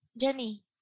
Jenny